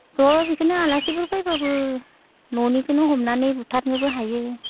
थ' बिखोनो आलासिफोर फैब्लाबो न'निखोनो हमनानै बुथारनोबो हायो